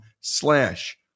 slash